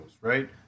right